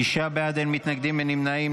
תשעה בעד, אין מתנגדים, אין נמנעים.